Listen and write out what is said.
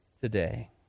today